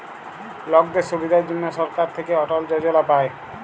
লকদের সুবিধার জনহ সরকার থাক্যে অটল যজলা পায়